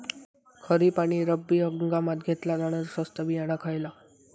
खरीप आणि रब्बी हंगामात घेतला जाणारा स्वस्त बियाणा खयला?